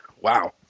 Wow